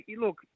look